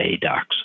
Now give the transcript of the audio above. docs